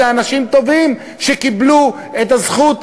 אלה אנשים טובים שקיבלו את הזכות,